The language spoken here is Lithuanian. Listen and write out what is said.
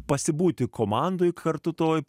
pasibūti komandoj kartu toj